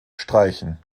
streichen